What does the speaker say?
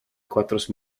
cuatros